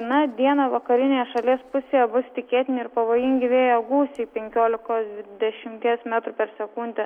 na dieną vakarinėje šalies pusėje bus tikėtini ir pavojingi vėjo gūsiai penkiolikos dvidešimties metrų per sekundę